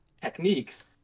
techniques